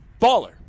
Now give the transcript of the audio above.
baller